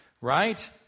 right